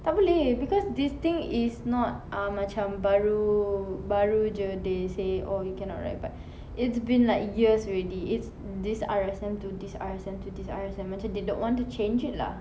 tak boleh because this thing is not um macam baru baru jer they say oh you cannot ride but it's been like years already it's this R_S_M to this R_S_M to this R_S_M macam they don't want to change it lah